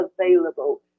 available